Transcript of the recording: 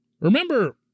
Remember